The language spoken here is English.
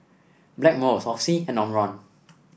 Blackmores Oxy and Omron